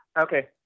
Okay